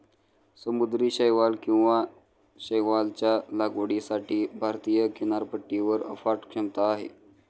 समुद्री शैवाल किंवा शैवालच्या लागवडीसाठी भारतीय किनारपट्टीवर अफाट क्षमता आहे